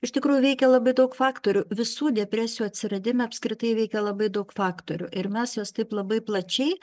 iš tikrųjų veikia labai daug faktorių visų depresijų atsiradimą apskritai veikia labai daug faktorių ir mes juos taip labai plačiai